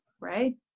Right